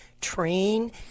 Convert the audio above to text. train